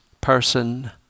person